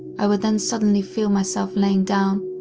i would then suddenly feel myself laying down,